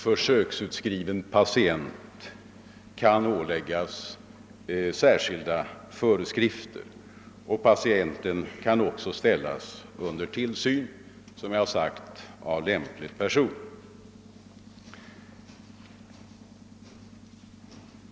Försöksutskriven patient kan åläggas särskilda föreskrifter, och patient kan också ställas under tillsyn av, som jag har sagt, lämplig person.